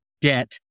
debt